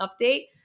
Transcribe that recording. update